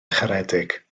charedig